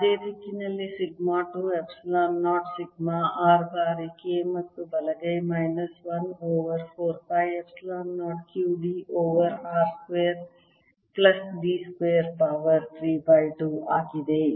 ಅದೇ ದಿಕ್ಕಿನಲ್ಲಿ sigma 2 epsilon 0 sigma r ಬಾರಿ K ಮತ್ತು ಬಲಗೈ minus 1 over 4 pi epsilon 0 q d over r square plus d square power 3 by 2 ಆಗಿದೆ